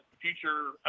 future